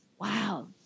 wow